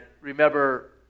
remember